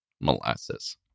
molasses